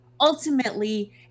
ultimately